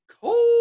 cold